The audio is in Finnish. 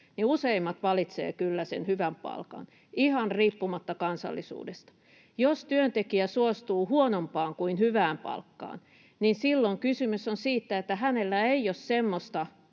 useimmat valitsevat kyllä sen hyvän palkan ihan riippumatta kansallisuudesta. Jos työntekijä suostuu huonompaan kuin hyvään palkkaan, niin silloin kysymys on siitä, että hänellä ei ole semmoista